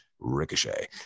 Ricochet